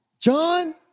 John